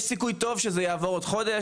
יש סיכוי טוב שזה יעבור עוד חודש,